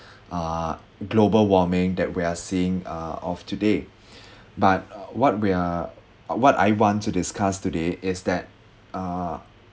uh global warming that we're seeing uh of today but what we are what I want to discuss today is that uh